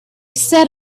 set